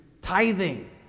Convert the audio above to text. tithing